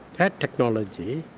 had technology,